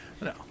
No